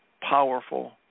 powerful